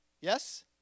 Yes